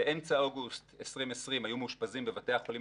באמצע אוגוסט 2020 היו מאושפזים בבתי חולים